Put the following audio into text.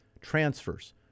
transfers